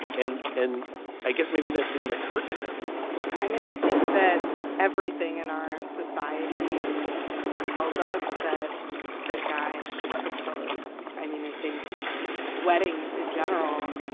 and and i guess maybe that didn't occur to him i mean, i think that everything in our society tells us that the guy should propose. i mean, i think weddings in general,